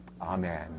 Amen